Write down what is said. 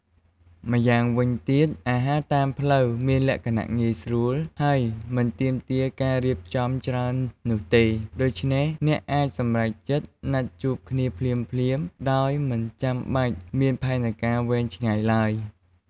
ម្យ៉ាងវិញទៀត អាហារតាមផ្លូវមានលក្ខណៈងាយស្រួល ហើយមិនទាមទារការរៀបចំច្រើននោះទេ ដូច្នេះអ្នកអាចសម្រេចចិត្តណាត់ជួបគ្នាភ្លាមៗ ដោយមិនចាំបាច់មានផែនការវែងឆ្ងាយឡើយ។